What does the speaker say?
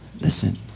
Listen